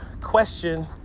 question